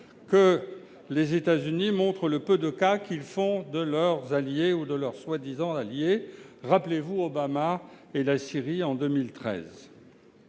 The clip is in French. que les États-Unis montrent le peu de cas qu'ils font de leurs alliés, ou prétendus tels : rappelez-vous Obama et la Syrie en 2013